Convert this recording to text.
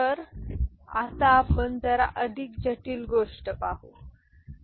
तर आता आपण जरा अधिक जटिल गोष्ट पाहतो